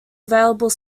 available